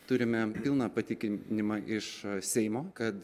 turime pilną patikinimą iš seimo kad